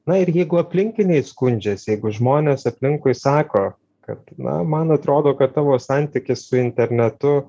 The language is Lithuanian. na ir jeigu aplinkiniai skundžiasi jeigu žmonės aplinkui sako kad na man atrodo kad tavo santykis su internetu